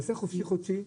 תעשה חופשי-חודשי.